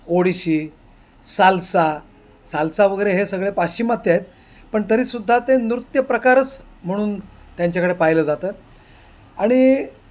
Odissi salsa salsa वगैरे हे सगळे पाश्चिमात्य आहेत पण तरीसुद्धा ते नृत्य प्रकारच म्हणून त्यांच्याकडे पाहिलं जातं आणि